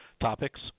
topics